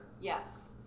yes